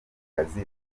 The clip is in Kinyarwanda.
kazi